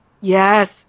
Yes